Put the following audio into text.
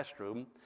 restroom